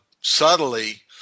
subtly